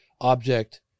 object